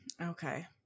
Okay